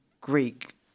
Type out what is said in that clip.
Greek